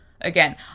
again